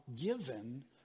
given